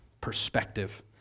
perspective